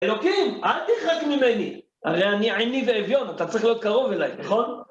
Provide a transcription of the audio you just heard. אלוקים, אל תרחק ממני! הרי אני עני ואביון, אתה צריך להיות קרוב אליי, נכון?